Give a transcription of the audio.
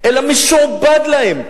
אלא משועבד להם,